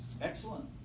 Excellent